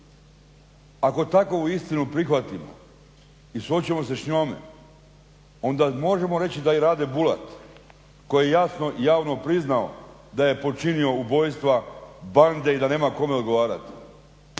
Ako takvu istinu prihvatimo i suočimo se s njom onda možemo reći da je Rade Bulat koji je jasno javno priznao da je počinio ubojstva, bande i da nema kome odgovarati